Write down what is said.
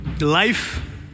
life